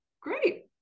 great